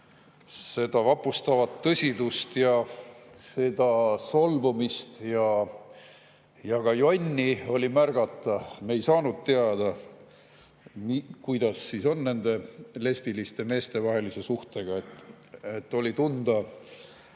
seda vapustavat tõsidust ja seda solvumist ja ka jonni oli märgata. Me ei saanud teada, kuidas siis on nende lesbiliste meeste vahelise suhtega. Oli tunda